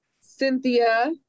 Cynthia